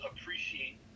appreciate